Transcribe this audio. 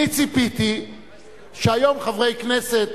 אני ציפיתי שהיום חברי כנסת,